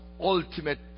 ultimate